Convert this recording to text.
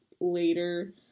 later